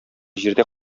җирдә